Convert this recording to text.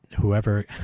whoever